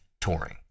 touring